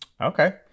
Okay